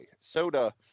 Soda